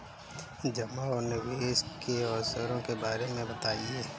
जमा और निवेश के अवसरों के बारे में बताएँ?